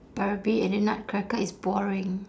barbie in the nutcracker is boring